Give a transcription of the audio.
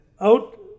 out